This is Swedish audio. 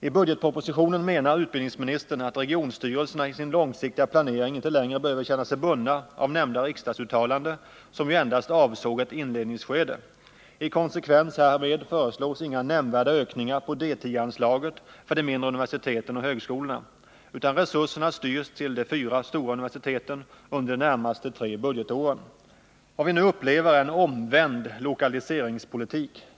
I budgetpropositionen menar utbildningsministern att regionstyrelserna i sin långsiktiga planering inte längre behöver känna sig bundna av nämnda riksdagsuttalande, som ju endast avsåg ett inledningsskede. I konsekvens härmed föreslås inga nämnvärda ökningar av anslaget under D 10 för de mindre universiteten och högskolorna, utan resurserna styrs till de fyra stora universiteten under de närmaste tre budgetåren. Vad vi nu upplever är en omvänd lokaliseringspolitik.